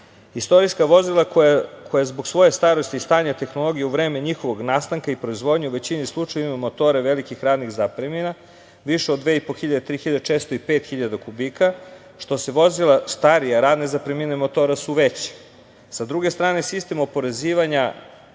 evropskim. Istorijska vozila, koja zbog svoje starosti, stanja tehnologije, u vreme njihovog nastanka i proizvodnje u većini slučajeva imaju motore veliki radnih zapremina, više od 2.500, 3.000, često i 5.000 kubika. Što su vozila starija radne zapremine motora su veće. Sa druge strane sistem oporezivanja